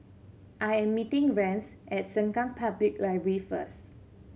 I am meeting Rance at Sengkang Public Library first